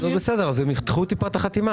נו בסדר, אז הם ידחו טיפה את החתימה.